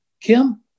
Kim